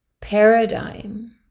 paradigm